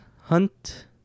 Hunt